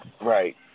Right